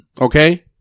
Okay